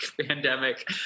pandemic